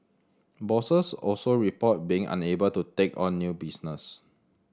bosses also reported being unable to take on new business